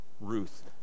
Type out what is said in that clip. Ruth